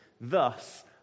thus